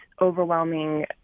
overwhelming